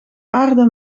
aarde